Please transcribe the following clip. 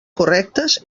correctes